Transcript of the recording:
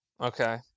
okay